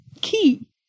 key